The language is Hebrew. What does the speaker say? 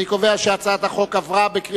אני קובע שהצעת חוק שירות הקבע בצבא-הגנה לישראל (ערר,